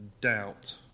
doubt